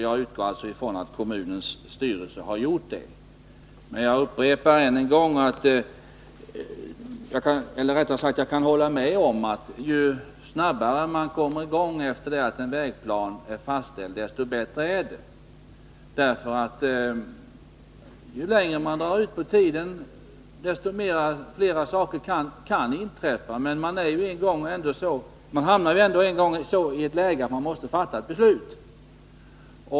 Jag utgår alltså ifrån att kommunens styrelse har gjort det. Jag kan hålla med om att ju snabbare man kommer i gång med byggandet efter det att en vägplan är fastställd, desto bättre är det, därför att ju längre det drar ut på tiden, desto fler saker kan inträffa. Man hamnar ändå en gång i ett läge där man måste fatta ett beslut.